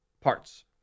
Parts